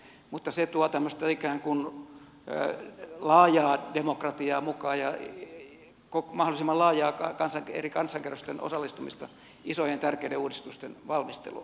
se tuo tämmöistä ikään kuin laajaa demokratiaa mukaan ja mahdollisimman laajaa eri kansankerrosten osallistumista isojen tärkeiden uudistusten valmisteluun